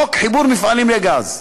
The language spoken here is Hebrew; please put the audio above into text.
חוק חיבור מפעלים לגז.